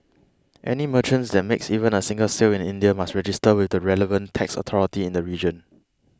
any merchant that makes even a single sale in India must register with the relevant tax authority in the region